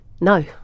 no